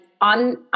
on